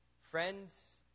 friends